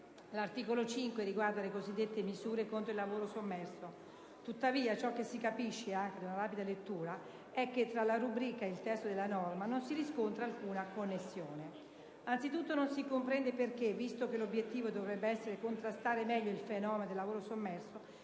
L'articolo 5 riguarda le cosiddette misure contro il lavoro sommerso. Tuttavia, ciò che si comprende, anche da una rapida lettura, è che tra la rubrica e il testo della norma non si riscontra alcuna connessione. Anzitutto, non si comprende perché, visto che l'obiettivo dovrebbe essere contrastare meglio il fenomeno del lavoro sommerso,